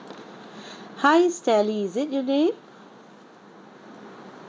hi sally is it good day